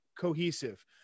cohesive